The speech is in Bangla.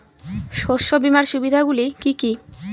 শস্য বিমার সুবিধাগুলি কি কি?